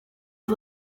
com